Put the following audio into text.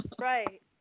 Right